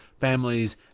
families